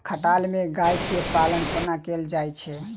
खटाल मे गाय केँ पालन कोना कैल जाय छै?